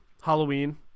Halloween